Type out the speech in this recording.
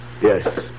Yes